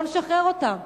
בואו נשחרר אותם,